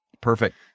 Perfect